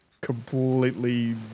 completely